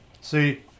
See